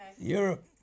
Europe